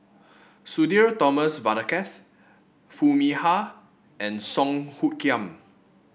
Sudhir Thomas Vadaketh Foo Mee Har and Song Hoot Kiam